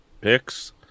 picks